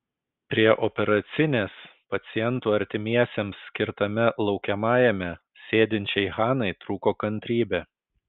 prie operacinės pacientų artimiesiems skirtame laukiamajame sėdinčiai hanai trūko kantrybė